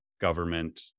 government